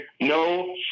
no